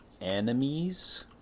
Enemies